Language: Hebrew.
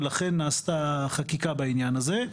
ולכן נעשתה חקיקה בעניין הזה.